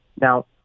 Now